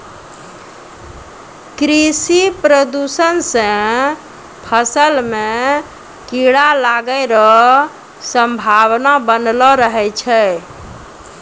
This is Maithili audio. कृषि प्रदूषण से फसल मे कीड़ा लागै रो संभावना वनलो रहै छै